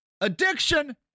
addiction